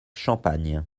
champagne